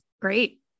great